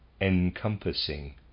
encompassing